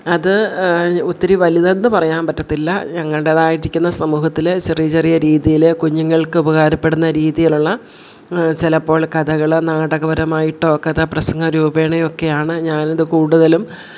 അത് ഒത്തിരി വലുതെന്നു പറയാൻ പറ്റത്തില്ല ഞങ്ങളുടേതായിരിക്കുന്ന സമൂഹത്തിൽ ചെറിയ ചെറിയ രീതിയിൽ കുഞ്ഞുങ്ങൾക്ക് ഉപകാരപ്പെടുന്ന രീതിയിലുള്ള ചിലപ്പോൾ കഥകൾ നാടകപരമായിട്ടോ കഥാപ്രസംഗ രൂപേണയോ ഒക്കെയാണ് ഞാനത് കൂടുതലും